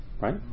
Right